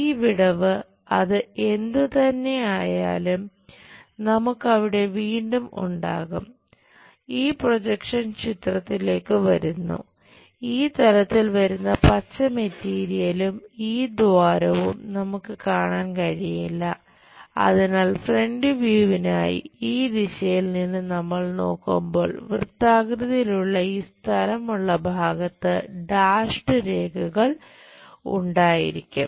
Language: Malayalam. ഈ വിടവ് അത് എന്തുതന്നെ ആയാലും നമുക്ക് അവിടെ വീണ്ടും ഉണ്ടാകും ഈ പ്രൊജക്ഷൻ രേഖകൾ ഉണ്ടായിരിക്കും